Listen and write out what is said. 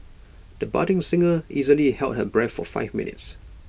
the budding singer easily held her breath for five minutes